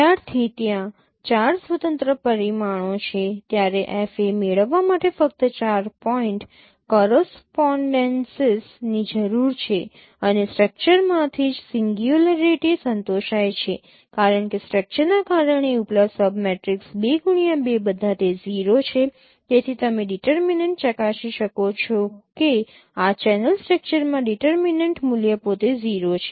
ત્યારથી ત્યાં 4 સ્વતંત્ર પરિમાણો છે તમારે FA મેળવવા માટે ફક્ત 4 પોઇન્ટ કોરસપોનડેન્સીસ ની જરૂર છે અને સ્ટ્રક્ચરમાંથી જ સિંગ્યુંલારીટી સંતોષાય છે કારણ કે સ્ટ્રક્ચરના કારણે ઉપલા સબ મેટ્રિક્સ 2 x 2 બધા તે 0 છે તેથી તમે ડિટરમીનેન્ટ ચકાસી શકો છો કે આ ચેનલ સ્ટ્રક્ચરમાં ડિટરમીનેન્ટ મૂલ્ય પોતે 0 છે